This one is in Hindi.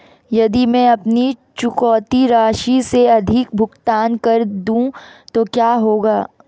यदि मैं अपनी चुकौती राशि से अधिक भुगतान कर दूं तो क्या होगा?